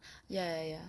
ya ya ya